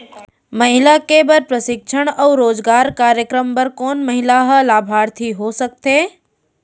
महिला के बर प्रशिक्षण अऊ रोजगार कार्यक्रम बर कोन महिला ह लाभार्थी हो सकथे?